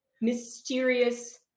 mysterious